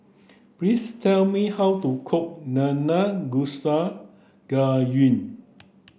please tell me how to cook Nanakusa Gayu